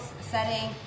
setting